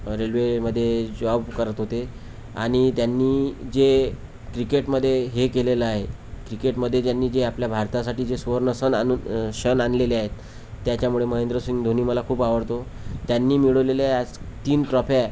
रेल्वेमध्ये जॉब करत होते आणि त्यांनी जे क्रिकेटमध्ये हे केलेलं आहे क्रिकेटमध्ये ज्यांनी जे आपल्या भारतासाठी जे स्कोर नसंन आणून क्षण आनलेले आहेत त्याच्यामुळे महेंद्रसिंग धोनी मला खूप आवडतो त्यांनी मिळवलेल्या आज तीन ट्रॉफ्या